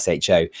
SHO